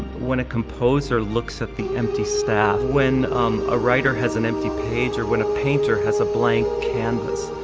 when a composer looks at the empty staff, when a writer has an empty page or when a painter has a blank canvas,